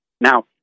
Now